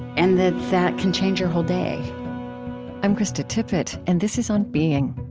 and that that can change your whole day i'm krista tippett, and this is on being